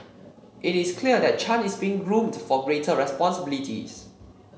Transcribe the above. it is clear that Chan is being groomed for greater responsibilities